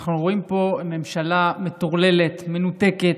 אנחנו רואים פה ממשלה מטורללת, מנותקת,